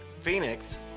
Phoenix